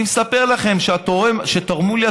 אני מספר לכם שכשהתורמים תרמו לי,